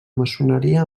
maçoneria